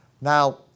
Now